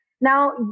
Now